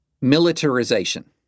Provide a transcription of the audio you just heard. Militarization